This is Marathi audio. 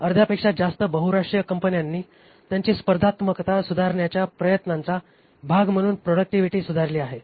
अर्ध्यापेक्षा जास्त बहुराष्ट्रीय कंपन्यांनी त्यांची स्पर्धात्मकता सुधारण्याच्या प्रयत्नांचा भाग म्हणून प्रॉडक्टिव्हिटी सुधारली आहे